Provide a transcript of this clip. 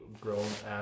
grown-ass